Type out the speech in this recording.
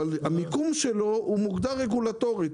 הכיסא מוגדר רגולטורית.